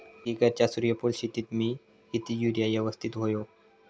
एक एकरच्या सूर्यफुल शेतीत मी किती युरिया यवस्तित व्हयो?